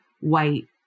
white